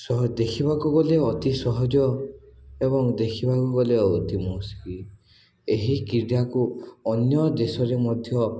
ସହ ଦେଖିବାକୁ ଗଲେ ଅତି ସହଜ ଏବଂ ଦେଖିବାକୁ ଗଲେ ଅତି ମସ୍କିଲ ଏହି କ୍ରୀଡ଼ାକୁ ଅନ୍ୟ ଦେଶରେ ମଧ୍ୟ